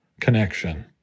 connection